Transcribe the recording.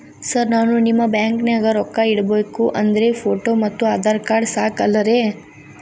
Sir ನಾನು ನಿಮ್ಮ ಬ್ಯಾಂಕನಾಗ ರೊಕ್ಕ ಇಡಬೇಕು ಅಂದ್ರೇ ಫೋಟೋ ಮತ್ತು ಆಧಾರ್ ಕಾರ್ಡ್ ಸಾಕ ಅಲ್ಲರೇ?